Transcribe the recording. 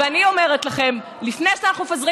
ואני אומרת לכם: לפני שאנחנו מפזרים